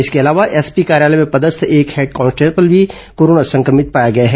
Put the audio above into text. इसके अलावा एसपी कार्यालय में पदस्थ एक हेड कांस्टेबल भी कोरोना संक्रभित पाया गया है